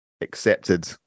accepted